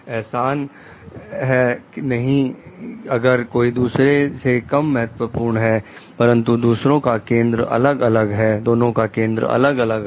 एहसान है नहीं अगर कोई दूसरे से कम महत्वपूर्ण है परंतु दोनों का केंद्र अलग अलग है